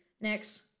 Next